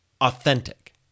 authentic